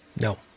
No